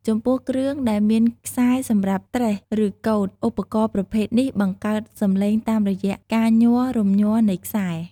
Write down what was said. ចំពោះគ្រឿងដែលមានខ្សែសម្រាប់ត្រេះ ឬកូត ឧបករណ៍ប្រភេទនេះបង្កើតសំឡេងតាមរយៈការញ័ររំញ័រនៃខ្សែ។